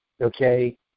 okay